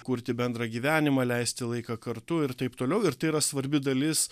kurti bendrą gyvenimą leisti laiką kartu ir taip toliau ir tai yra svarbi dalis